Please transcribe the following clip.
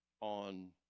on